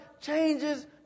changes